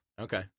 Okay